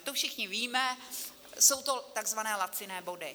To všichni víme, jsou to takzvané laciné body.